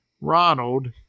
Ronald